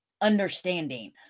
understanding